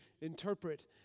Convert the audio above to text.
interpret